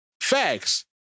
Facts